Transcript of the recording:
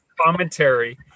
commentary